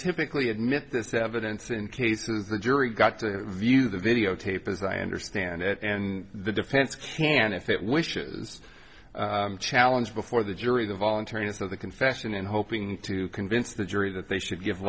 typically admit this evidence in cases the jury got to view the videotape as i understand it and the defense can if it wishes challenge before the jury the voluntariness of the confession and hoping to convince the jury that they should give